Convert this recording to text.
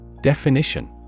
Definition